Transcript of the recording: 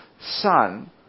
son